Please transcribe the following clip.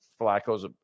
Flacco's